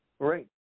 Great